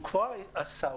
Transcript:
הוא כבר עשה,